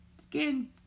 skin